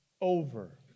over